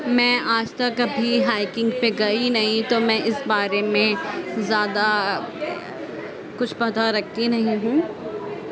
میں آج تک کبھی ہائکنگ پہ گئی نہیں تو میں اس بارے میں زیادہ کچھ پتہ رکھتی نہیں ہوں